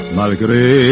malgré